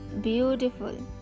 beautiful